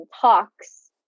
talks